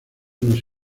nos